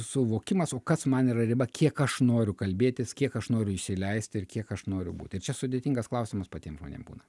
suvokimas o kas man yra riba kiek aš noriu kalbėtis kiek aš noriu įsileist ir kiek aš noriu būt ir čia sudėtingas klausimas patiem žmonėm būna